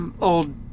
old